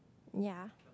ya